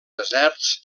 deserts